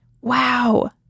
Wow